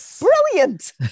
brilliant